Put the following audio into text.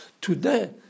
Today